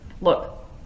look